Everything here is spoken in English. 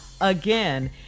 again